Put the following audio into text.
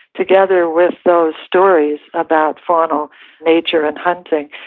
together with those stories about faunal nature and hunting,